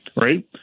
right